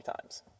times